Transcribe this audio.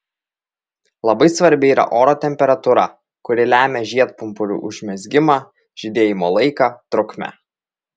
labai svarbi yra oro temperatūra kuri lemia žiedpumpurių užmezgimą žydėjimo laiką trukmę